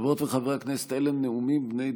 חברות וחברי הכנסת, אלה נאומים בני דקה.